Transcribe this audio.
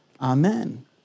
amen